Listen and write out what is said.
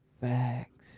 Facts